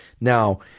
Now